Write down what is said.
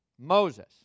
Moses